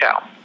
show